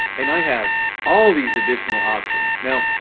and i have all these additional options. now,